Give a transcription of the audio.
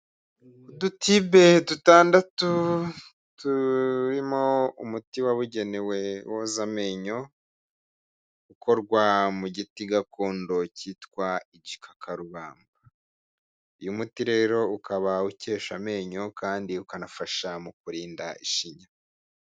Udutibe dutandatu turimo umuti wabugenewe woza amenyo, ukorwa mu giti gakondo cyitwa igikakarubamba, uyu muti rero ukaba ukesha amenyo kandi ukanafasha mu kurinda ishinya.